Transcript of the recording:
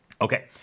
okay